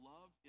Love